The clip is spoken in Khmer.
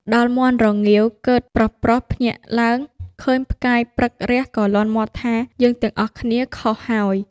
ដល់មាន់រងាវកឺតប្រុសៗភ្ញាក់ឡើង ឃើញផ្កាយព្រឹករះក៏លាន់មាត់ថា «យើងទាំងអស់គ្នាខុសហើយ។